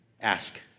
Ask